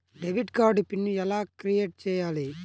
Debit card PIN ఎలా create చెయ్యాలి?